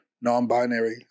non-binary